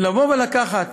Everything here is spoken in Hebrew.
לבוא ולקחת